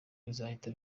bizahita